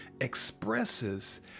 expresses